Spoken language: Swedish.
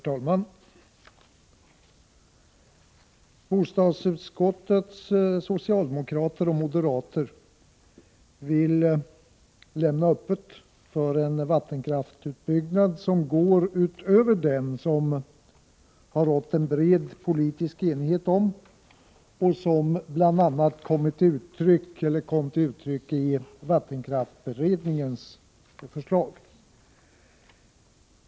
Herr talman! Bostadsutskottets socialdemokrater och moderater vill lämna öppet för en vattenkraftsutbyggnad som går utöver den som det rått en bred politisk enighet om och som bl.a. kom till uttryck i vattenkraftsberedningens förslag.